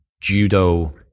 judo